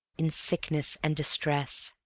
in sickness and distress.